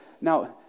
Now